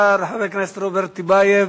תודה לחבר הכנסת רוברט טיבייב.